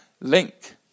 Link